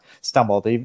stumbled